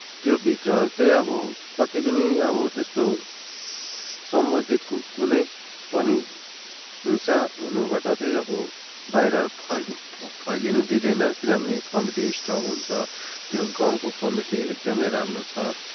त्योभित्र चाहिँ अब कति पनि अब त्यस्तो सम्बन्धित कुनै पनि हिंसा हुनबाट चाहिँ अब बाहिर फैलिनु फैलिनु दिँदैन किनभने कमिटी स्ट्रङ हुन्छ त्यो गाउँको कमिटी एकदमै राम्रो छ